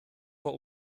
vor